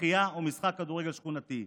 שחייה או משחק כדורגל שכונתי,